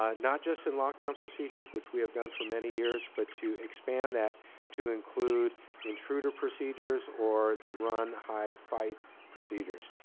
ah not just in lockdown procedures, which we have done for many years, but to expand that to include intruder procedures or the run hide fight procedures.